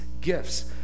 gifts